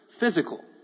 physical